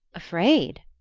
afraid?